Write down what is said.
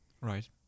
Right